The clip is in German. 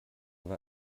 war